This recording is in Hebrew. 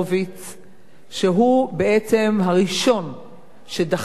שהוא בעצם הראשון שדחף והוביל,